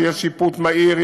שיהיה שיפוט מהיר,